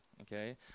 okay